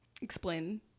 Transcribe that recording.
Explain